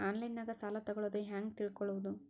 ಆನ್ಲೈನಾಗ ಸಾಲ ತಗೊಳ್ಳೋದು ಹ್ಯಾಂಗ್ ತಿಳಕೊಳ್ಳುವುದು?